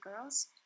girls